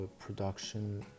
production